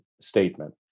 statement